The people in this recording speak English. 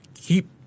keep